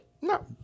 No